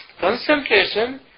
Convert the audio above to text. concentration